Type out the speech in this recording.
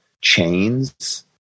chains